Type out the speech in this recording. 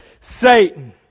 Satan